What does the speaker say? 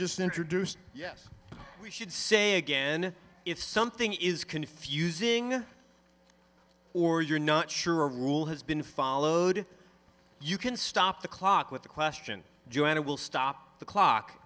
just introduce yes we should say again if something is confusing or you're not sure a rule has been followed you can stop the clock with the question joanna will stop the clock